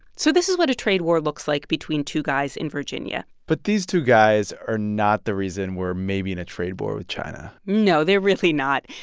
so this is what a trade war looks like between two guys in virginia but these two guys are not the reason we're maybe maybe in a trade war with china no, they're really not.